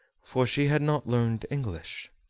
for she had not learned english.